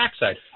backside